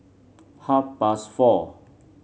half past four